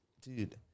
dude